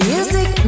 Music